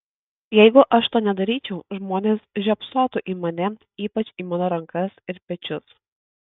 jeigu aš to nedaryčiau žmonės žiopsotų į mane ypač į mano rankas ir pečius